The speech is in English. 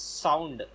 sound